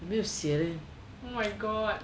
没有写 eh